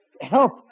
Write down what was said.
help